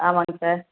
ஆமாங்க சார்